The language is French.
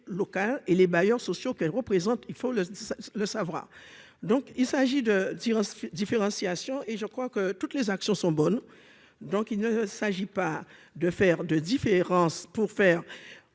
locales et les bailleurs sociaux qu'elle représente, il faut le savoir, donc il s'agit de dire différenciation et je crois que toutes les actions sont bonnes, donc il ne s'agit pas de faire de différence pour faire